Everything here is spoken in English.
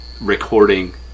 recording